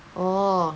orh